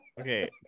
Okay